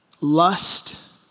lust